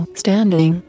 standing